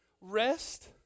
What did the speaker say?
Rest